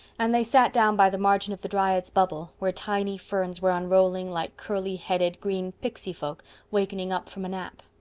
and they sat down by the margin of the dryad's bubble, where tiny ferns were unrolling like curly-headed green pixy folk wakening up from a nap.